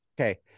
okay